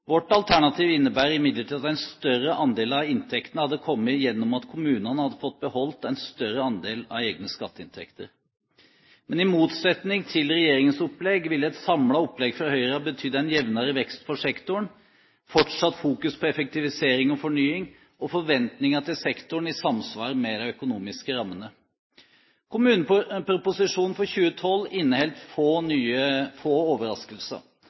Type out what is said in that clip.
Vårt alternativ innebærer imidlertid at en større andel av inntektene ville komme gjennom at kommunene hadde fått beholde mer av egne skatteinntekter. I motsetning til regjeringens opplegg ville et samlet opplegg fra Høyre ha betydd en jevnere vekst for sektoren, fortsatt fokus på effektivisering og fornying og forventninger til sektoren i samsvar med de økonomiske rammene. Kommuneproposisjonen for 2012 inneholder få overraskelser.